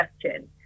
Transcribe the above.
question